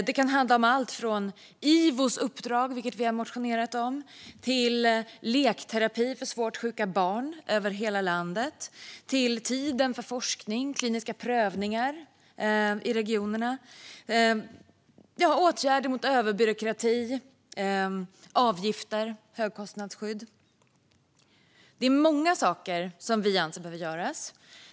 Det kan handla om allt från IVO:s uppdrag, som vi har motionerat om, till lekterapi för svårt sjuka barn över hela landet, tiden för forskning och kliniska prövningar i regionerna, åtgärder mot överbyråkrati, avgifter och högkostnadsskydd. Det är många saker som vi anser behöver göras.